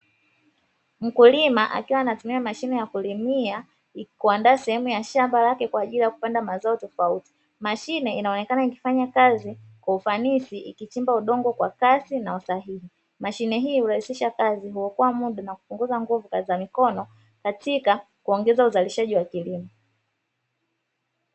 Mkulima akiwa anatumia mashine ya kulimia kuandaa sehemu ya shamba lake kwa ajili ya kupanda mazao tofauti, mashine inaonekana ikifanya kazi kwa ufanisi ikichimba udongo kwa kasi na usahihi. Mashine hii hurahisisha kazi, huokoa muda na kupunguza bugdha za mikono katika kuongeza uzalishaji wa kilimo.